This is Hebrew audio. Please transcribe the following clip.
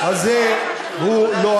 איך